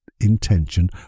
intention